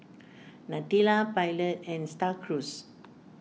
Nutella Pilot and Star Cruise